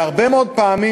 והרבה מאוד פעמים,